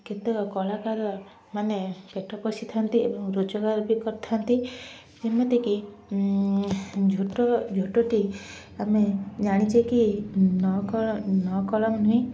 କେତକ କଳାକାର ମାନେ ପେଟ ପୋଷିଥାନ୍ତି ଏବଂ ରୋଜଗାର ବି କରିଥାନ୍ତି ଯେମିତିକି ଝୋଟ ଝୋଟଟି ଆମେ ଜାଣିଚେ କି ନ ନ କଳମ ନୁହେଁ